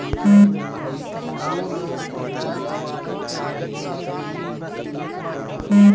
बुढ़ऊ लोग दिन भर दुआरे पे बइठ के बीड़ी बस पियत बाटे